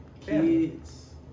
kids